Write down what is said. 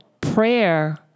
prayer